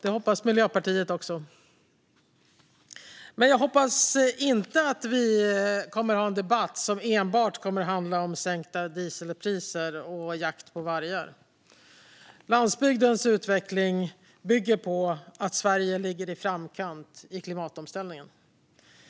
Det hoppas Miljöpartiet också. Jag hoppas dock inte att vi kommer att ha en debatt som enbart handlar om sänkta dieselpriser och jakt på vargar. Landsbygdens utveckling bygger på att Sverige ligger i framkant i klimatomställningen.